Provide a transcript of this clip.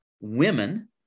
women